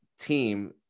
team